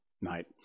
night